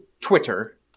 Twitter –